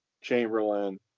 Chamberlain